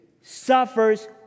suffers